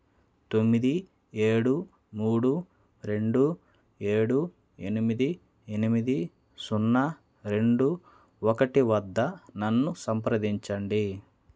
తొమ్మిది ఏడు మూడు రెండు ఏడు ఎనిమిది ఎనిమిది సున్నా రెండు ఒకటి వద్ద నన్ను సంప్రదించండి